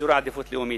אזורי עדיפות לאומית.